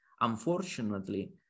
unfortunately